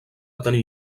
tenir